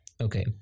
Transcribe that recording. Okay